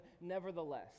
nevertheless